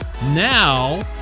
Now